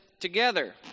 together